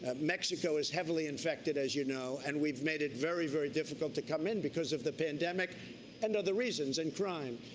ah mexico is heavily infected, as you know, and we've made it very, very difficult to come in because of the pandemic and other reasons, and crime.